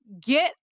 get